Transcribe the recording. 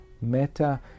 Meta